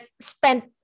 spent